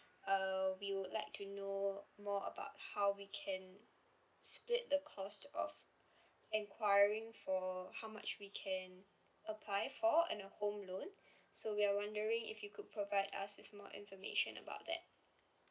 uh we would like to know more about how we can split the cost of enquiring for how much we can apply for and a home loan so we're wondering if you could provide us with more information about that